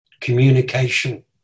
communication